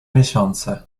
miesiące